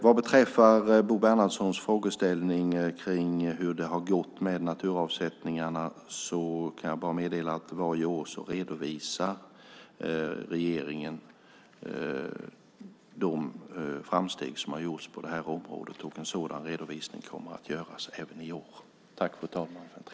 Vad beträffar Bo Bernhardssons frågeställning om hur det har gått med naturavsättningarna kan jag bara meddela att regeringen varje år redovisar de framsteg som har gjorts på området. En sådan redovisning kommer att göras även i år.